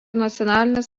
nacionalinės